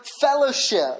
fellowship